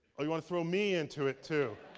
oh, you want to throw me into it, too.